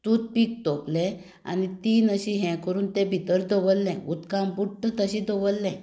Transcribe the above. toothpick तोपलें आनी तीन अशे हे करून तें भितर दवरले उदकान बुडटा तशें दवरलें